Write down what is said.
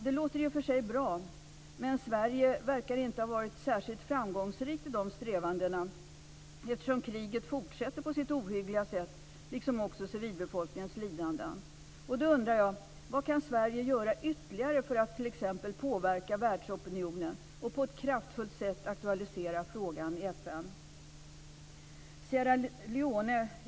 Det låter i och för sig bra, men Sverige verkar inte ha varit särskilt framgångsrikt i dessa strävanden eftersom kriget fortsätter på sitt ohyggliga sätt liksom också civilbefolkningens lidanden. Då undrar jag: Vad kan Sverige göra ytterligare för att t.ex. påverka världsopinionen och på ett kraftfullt sätt aktualisera frågan i FN?